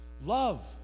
Love